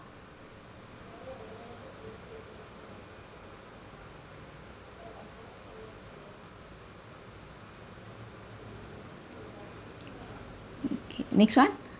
okay next [one]